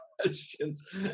questions